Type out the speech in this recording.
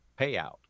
payout